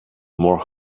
more